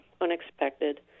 unexpected